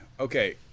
Okay